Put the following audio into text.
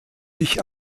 sich